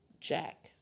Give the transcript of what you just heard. Jack